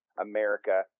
America